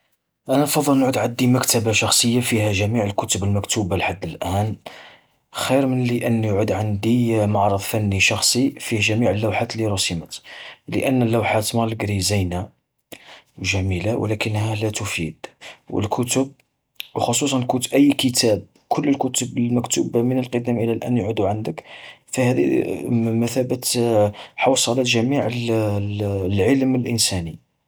أنا نفضل يعود عدي مكتبة شخصية فيها جميع الكتب المكتوبة لحد الآن، خير ملي أنو يعود عدي معرض فني شخصي فيه جميع اللوحات التي رسمت. لأن اللوحات مالقري زينة و جميلة، ولكنها لا تفيد والكتب، وخصوصا الكت-أي كتاب، كل الكتب المكتوبة من القدم إلى الآن يعودو عندك. فهذي مثابة حوصلة جميع العلم الإنساني.